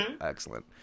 Excellent